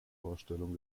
vorstellung